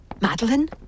Madeline